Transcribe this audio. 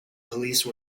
police